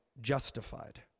justified